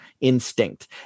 instinct